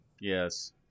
yes